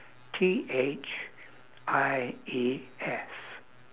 T H I E S